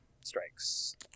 strikes